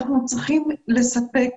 אנחנו צריכים לספק